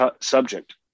subject